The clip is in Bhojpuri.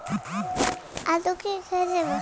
ऐकर बदे कवन कवन कागज चाही?